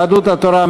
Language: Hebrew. יהדות התורה,